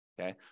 okay